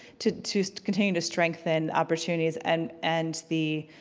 to to continue to strength and opportunities and and the